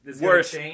worse